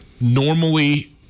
normally